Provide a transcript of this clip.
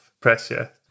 pressure